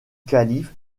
calife